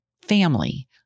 family